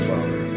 Father